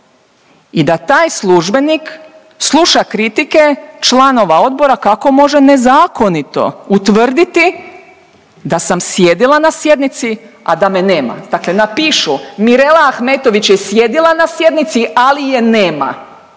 i da taj službenik sluša kritike članova odbora kako može nezakonito utvrditi da sam sjedila na sjednici, a da me nema. Dakle napišu Mirela Ahmetović je sjedila na sjednici, ali je nema.